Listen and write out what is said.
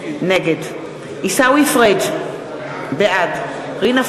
נגד עיסאווי פריג' בעד רינה פרנקל,